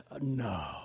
no